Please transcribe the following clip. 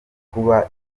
kuba